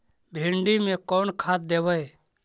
भिंडी में कोन खाद देबै?